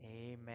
amen